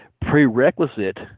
prerequisite